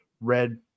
Red